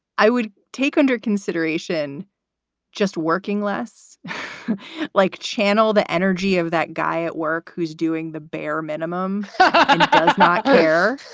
i would take under consideration just working less like channel. the energy of that guy at work who's doing the bare minimum does not care